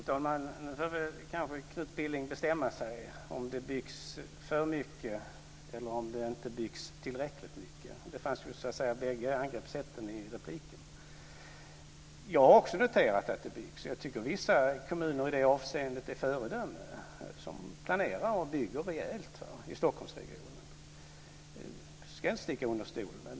Fru talman! Nu får kanske Knut Billing bestämma sig när det gäller om det byggs för mycket eller om det inte byggs tillräckligt mycket. Bägge angreppssätten fanns i repliken. Jag har också noterat att det byggs. Jag tycker att vissa kommuner i Stockholmsregionen som planerar och bygger rejält är föredömen i det avseendet. Det ska jag inte sticka under stol med.